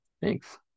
Thanks